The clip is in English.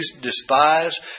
despise